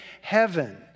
heaven